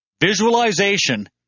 Visualization